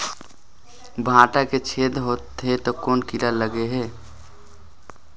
भांटा के फल छेदा होत हे कौन कीरा लगे हे?